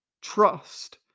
trust